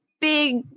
big